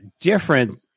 different